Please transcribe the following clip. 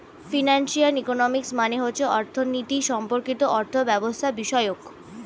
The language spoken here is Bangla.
ফিনান্সিয়াল ইকোনমিক্স মানে হচ্ছে অর্থনীতি সম্পর্কিত অর্থব্যবস্থাবিষয়ক